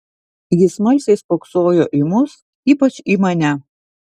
ji smalsiai spoksojo į mus ypač į mane